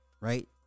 right